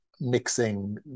mixing